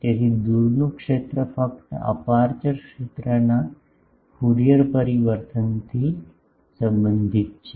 તેથી દૂરનું ક્ષેત્ર ફક્ત અપેરચ્યોર ક્ષેત્રના ફ્યુરિયર પરિવર્તનથી સંબંધિત છે